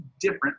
different